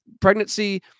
Pregnancy